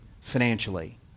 financially